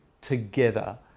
together